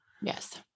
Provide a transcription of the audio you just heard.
Yes